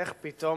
איך פתאום,